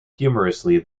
humorously